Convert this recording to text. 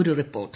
ഒരു റിപ്പോർട്ട്